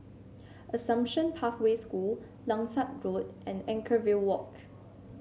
Assumption Pathway School Langsat Road and Anchorvale Walk